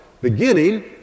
beginning